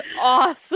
awesome